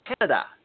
Canada